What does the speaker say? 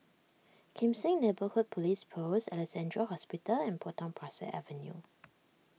Kim Seng Neighbourhood Police Post Alexandra Hospital and Potong Pasir Avenue